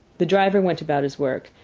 the driver went about his work,